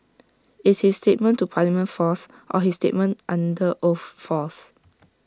is his statement to parliament false or his statement under oath false